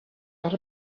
got